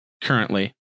currently